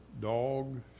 dog